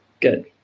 good